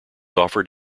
offered